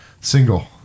single